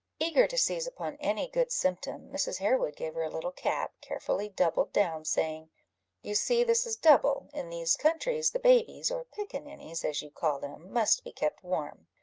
eager to seize upon any good symptom, mrs. harewood gave her a little cap, carefully doubled down, saying you see this is double in these countries, the babies, or pickaninnies, as you call them, must be kept warm.